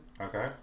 Okay